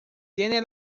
tiene